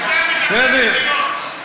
אתה מדבר שטויות.